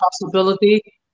possibility